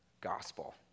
gospel